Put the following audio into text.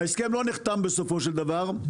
ההסכם לא נחתם בסופו של דבר,